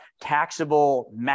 taxable